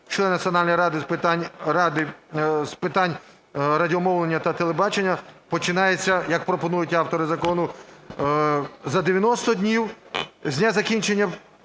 члена Національної ради з питань радіомовлення та телебачення починається, як пропонують автори закону, за 90 днів з дня закінчення